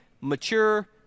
mature